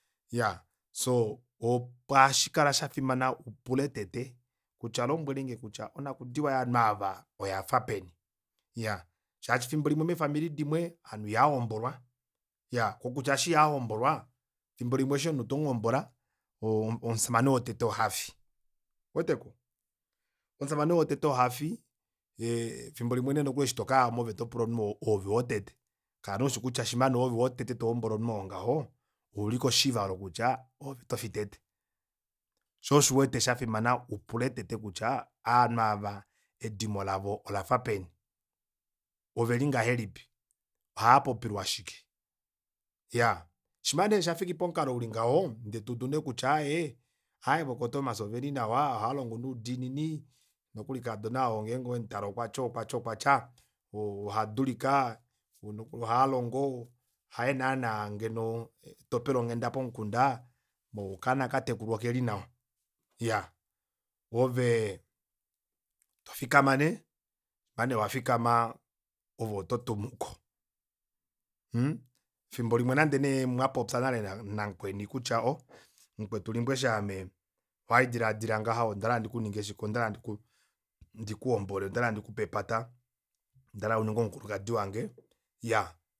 Iyaa soo ohashikala shafimana upule tete kutya lombwelenge onakudiwa yovanhu aava oyafa peni iya shaashi fimbo limwe meefamili dimwe aanhu ihaa hombolwa omushamane wotete ohafi yee efimbo limwe nee nokuli eshi tokayamo eshi tokayamo ove otopula omunhu oo ove wotete kala nee ushi kutya shima nee ove wotete tohombola omunhu oo ngaho uuli koshivalo kutya otofi tete shoo osho uwete shafimana upule tete kutya aanhu ava edimo lavo olafa peni oveli ngahelipi ohaapopilwa shike iyaa shima nee shafiki pomukalo uli ngaho ndee tuudu neekutya aaye aaye vokoo tomas oveli nawa ohaalongo nuudinini nokuli kaadona oo ngenge owemutale okwatya okwa tya ohadulika ohaalongo haye naana ngeno topele onghenda pomukunda okaana katekulwa okeli nawa iyaa ovee tofikama nee shaane wafikama ove oto tumuko mhh fimbo limwe nande nee mwapopya nale namukweni kutya oo mukwetu limbwesha aame ohaidilaadila ngaha ondahala ndikuninge shike ondahala diku ndikuhombole ondahala ndikupe epata ondahala uninge omukulukadi wange iyaa